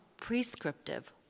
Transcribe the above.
prescriptive